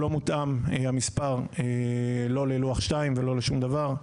המספר לא מותאם לא ללוח 2 ולא לשום דבר.